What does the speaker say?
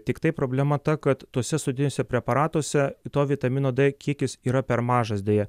tiktai problema ta kad tose sudėtiniuose preparatuose to vitamino d kiekis yra per mažas deja